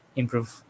improve